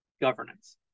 governance